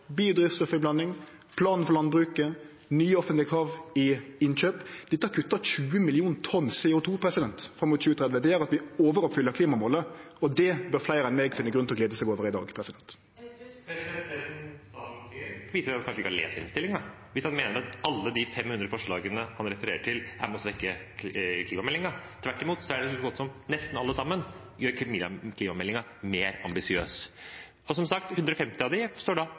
planen for landbruket, nye offentlege krav i innkjøp. Dette kuttar 20 mill. tonn CO 2 fram mot 2030. Det gjer at vi overoppfyller klimamålet, og det bør fleire enn eg finne grunn til å glede seg over i dag. Det som statsråden sier, viser at han kanskje ikke har lest innstillingen – hvis han mener at alle de 500 forslagene han refererer til, er med på å svekke klimameldingen. Tvert imot gjør så godt som alle forslagene klimameldingen mer ambisiøs. Som sagt: 150 av dem står